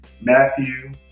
Matthew